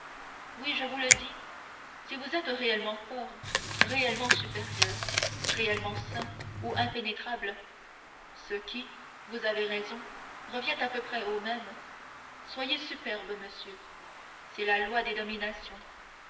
oui je vous le dis si vous êtes réellement fort réellement supérieur réellement saint ou impénétrable ce qui vous avez raison revient à peu près au même soyez superbe monsieur c'est la loi des dominations